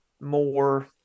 more